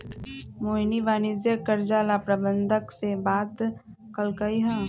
मोहिनी वाणिज्यिक कर्जा ला प्रबंधक से बात कलकई ह